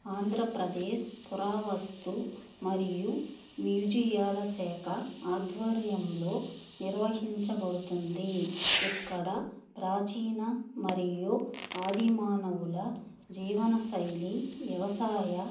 ఆంధ్రప్రదేశ్ పురావస్తు మరియు మ్యూజియాల శాఖ ఆధ్వర్యంలో నిర్వహించబడుతుంది ఇక్కడ ప్రాచీన మరియు ఆదిమానవుల జీవన శైలి వ్యవసాయ